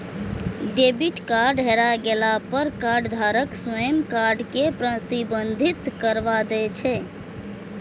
debit card हेरा गेला पर कार्डधारक स्वयं कार्ड कें प्रतिबंधित करबा दै छै